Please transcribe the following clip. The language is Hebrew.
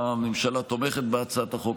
הממשלה תומכת בהצעת החוק,